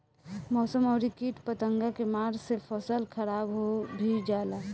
मौसम अउरी किट पतंगा के मार से फसल खराब भी हो जाला